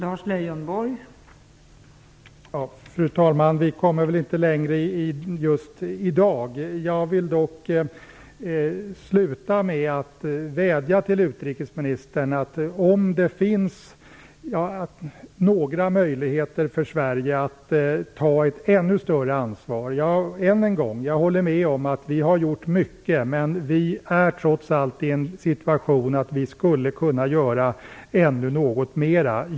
Fru talman! Vi kommer väl inte längre i dag. Jag vill dock avsluta med att vädja till utrikesministern om det finns några möjligheter för Sverige att ta ett ännu större ansvar. Jag håller med om att vi har gjort mycket. Vi befinner oss trots allt i den situationen att vi skulle kunna göra ytterligare något.